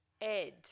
Ed